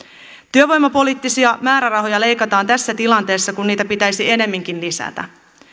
työvoimapoliittisia määrärahoja leikataan tässä tilanteessa kun niitä pitäisi ennemminkin lisätä